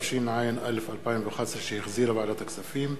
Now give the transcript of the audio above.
התשע"א 2011, שהחזירה ועדת הכספים,